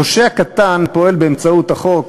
פושע קטן פועל באמצעות החוק,